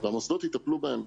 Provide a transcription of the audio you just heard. והמוסדות יטפלו בהן.